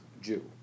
Jew